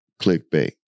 clickbait